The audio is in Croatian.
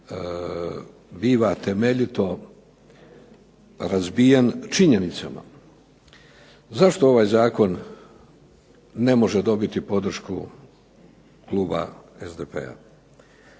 biva temeljito razbijen činjenicama. Zašto ovaj zakon ne može dobiti podršku kluba SDP-a?